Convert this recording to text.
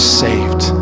saved